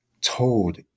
told